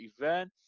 event